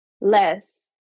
less